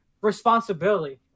responsibility